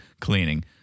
cleaning